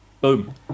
Boom